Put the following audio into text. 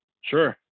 Sure